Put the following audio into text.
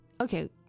okay